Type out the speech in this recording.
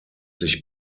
sich